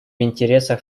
интересах